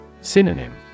Synonym